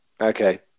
Okay